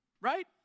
right